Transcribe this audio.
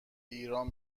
ایران